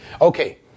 Okay